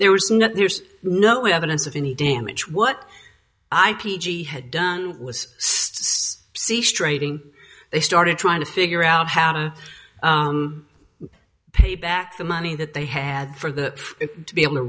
there was nothing there's no evidence of any damage what i p g had done was cease trading they started trying to figure out how to pay back the money that they had for the to be able to